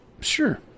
Sure